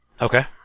Okay